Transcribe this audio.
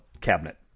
cabinet